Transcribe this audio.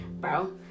bro